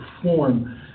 perform